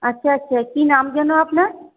আচ্ছা আচ্ছা কী নাম যেন আপনার